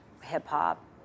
hip-hop